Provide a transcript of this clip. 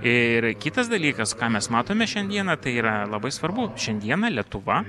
ir kitas dalykas ką mes matome šiandieną tai yra labai svarbu šiandieną lietuva